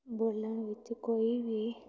ਬੋਲਣ ਵਿੱਚ ਕੋਈ ਵੀ